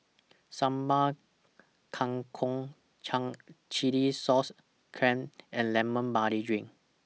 Sambal Kangkong Chilli Sauce Clams and Lemon Barley Drink